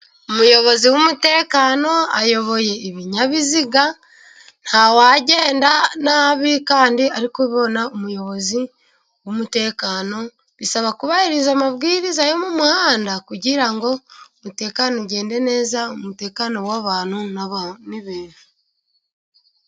Umuyobozi w'umutekano, ayoboye ibinyabiziga, ntawagenda nabi kandi ari kubona umuyobozi w'umutekano, bisaba kubahiriza amabwiriza yo mu muhanda, kugira ngo umutekano ugende neza umutekano w'abantu n'ibintu.